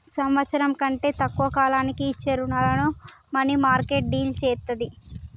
సంవత్సరం కంటే తక్కువ కాలానికి ఇచ్చే రుణాలను మనీమార్కెట్ డీల్ చేత్తది